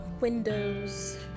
windows